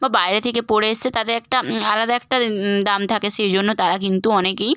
বা বাইরে থেকে পড়ে এসে তাদের একটা আলাদা একটা দাম থাকে সেই জন্য তারা কিন্তু অনেকেই